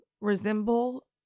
resemble